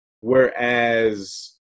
Whereas